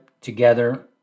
together